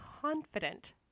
confident